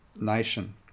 nation